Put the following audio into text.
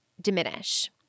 diminish